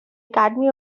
academy